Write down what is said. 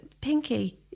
pinky